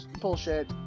bullshit